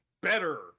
better